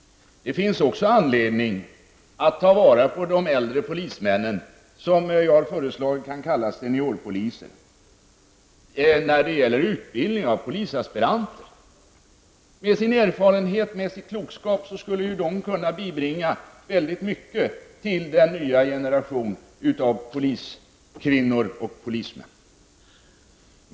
Det finns också anledning att använda de äldre polismännen, som jag vill föreslå att man kallar seniorpoliser, vid utbildning av polisaspiranter. Med sin erfarenhet och klokskap skulle de kunna bibringa den nya generationen av poliskvinnor och polismän mycket.